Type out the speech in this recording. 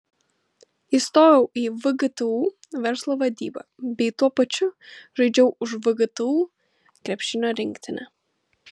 įstojau į vgtu verslo vadybą bei tuo pačiu žaidžiau už vgtu krepšinio rinktinę